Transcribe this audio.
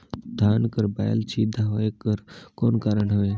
धान कर बायल सीधा होयक कर कौन कारण हवे?